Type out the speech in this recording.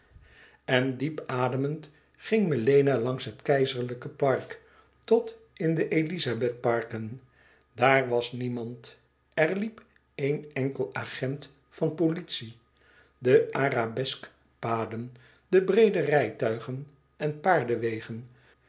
en diep ademend ging melena langs het keizerlijke park tot in de elizabethparken daar was niemand er liep één enkele agent van politie de arabeskpaden de breede rijtuigen en paardenwegen